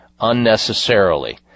unnecessarily